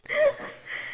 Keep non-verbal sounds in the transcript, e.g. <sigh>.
<laughs>